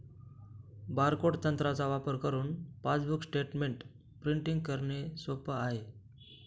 barcode तंत्राचा वापर करुन पासबुक स्टेटमेंट प्रिंटिंग करणे सोप आहे